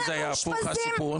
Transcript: ואם היה סיפור הפוך?